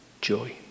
joy